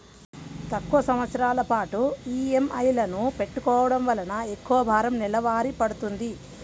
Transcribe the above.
తక్కువ సంవత్సరాల పాటు ఈఎంఐలను పెట్టుకోవడం వలన ఎక్కువ భారం నెలవారీ పడ్తుంది